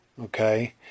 okay